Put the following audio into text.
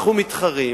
אנחנו מתחרים